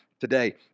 today